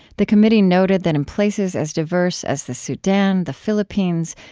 the committee noted that in places as diverse as the sudan, the philippines,